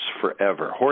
forever